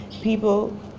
People